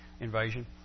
invasion